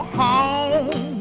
home